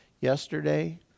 yesterday